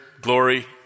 glory